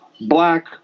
black